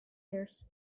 years